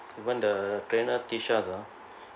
when the trainer teach us ah